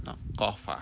knock off ah